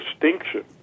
distinction